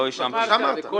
אתה אמרת.